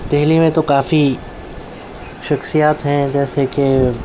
ہوں دہلی میں تو کافی شخصیات ہیں جیسے کہ